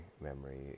memory